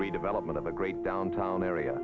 redevelopment of the great downtown area